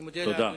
אני מודה לאדוני.